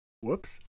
Whoops